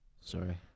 Sorry